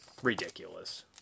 ridiculous